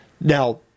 Now